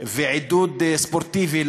והעידוד הספורטיבי,